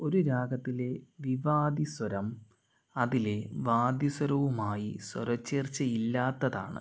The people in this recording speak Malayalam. ഒരു രാഗത്തിലെ വിവാദിസ്വരം അതിലെ വാദിസ്വരവുമായി സ്വരച്ചേർച്ചയില്ലാത്തതാണ്